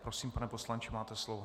Prosím, pane poslanče, máte slovo.